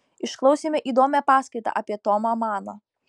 išklausėme įdomią paskaitą apie tomą maną